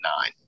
nine